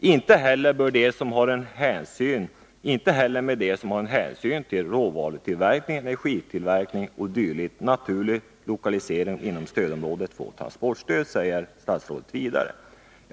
”Inte heller bör de som har en med hänsyn till råvarutillgång, energitillgång e. d. naturlig lokalisering inom stödområdet få transportstöd”, säger statsrådet vidare.